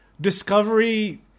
Discovery